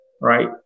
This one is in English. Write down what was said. right